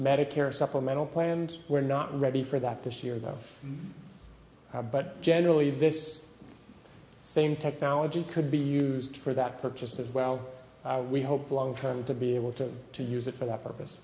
medicare supplemental planned we're not ready for that this year though but generally this same technology could be used for that purpose as well we hope long term to be able to to use it for that purpose